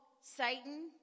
Satan